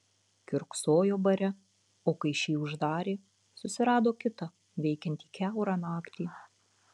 kiurksojo bare o kai šį uždarė susirado kitą veikiantį kiaurą naktį